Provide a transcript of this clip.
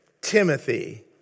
Timothy